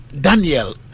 Daniel